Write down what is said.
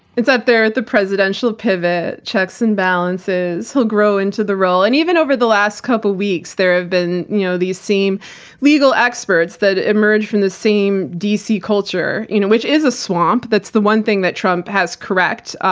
it's up there at the presidential pivot, checks and balances, he'll grow into the role. and even over the last couple weeks, there have been you know the same legal experts that emerge from the same d. c. culture, you know which isa swamp. that's the one thing that trump has correct,